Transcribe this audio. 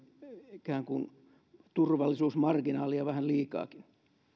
ikään kuin turvallisuusmarginaalia vähän liikaakin